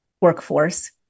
workforce